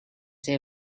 they